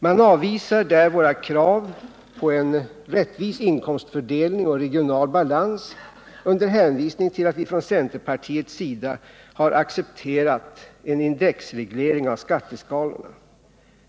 Man avvisar där våra krav på en rättvis inkomstfördelning och regional 61 balans under hänvisning till att vi från centerpartiets sida har accepterat en indexreglering av skatteskalorna.